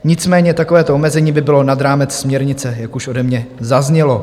Nicméně takovéto omezení by bylo nad rámec směrnice, jak už ode mě zaznělo.